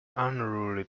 unruly